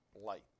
light